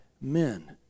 men